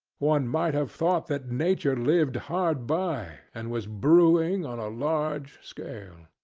one might have thought that nature lived hard by, and was brewing on a large scale.